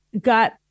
got